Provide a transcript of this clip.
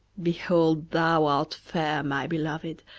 behold, thou art fair, my beloved,